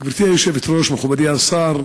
גברתי היושבת-ראש, מכובדי השר,